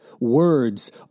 words